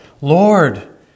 Lord